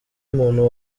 muntu